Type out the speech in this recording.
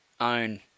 own